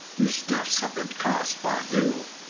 whose deaths have been caused by you.